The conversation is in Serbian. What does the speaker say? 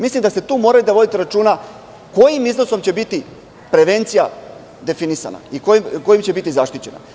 Mislim da ste tu morali da vodite računa kojim iznosom će biti prevencija definisana i kojim će biti zaštićena.